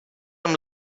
amb